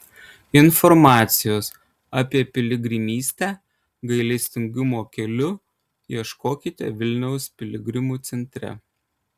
informacijos apie piligrimystę gailestingumo keliu ieškokite vilniaus piligrimų centre